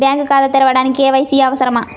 Bank ఖాతా తెరవడానికి KYC అవసరమా?